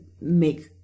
make